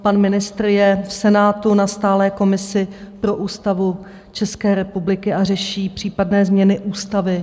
Pan ministr je v Senátu na stálé komisi pro Ústavu České republiky a řeší případné změny ústavy.